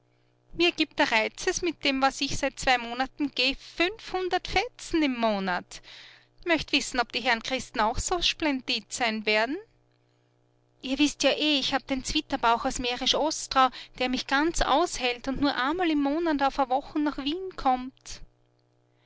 mir gibt der reizes mit dem was ich seit zwei wochen geh fünfhundert fetzen im monat möcht wissen ob die herren christen auch so splendid sein wer'n ihr wißt ja eh ich hab den zwitterbauch aus mährisch ostrau der mich ganz aushält und nur amal im monat auf a wochen nach wien kummt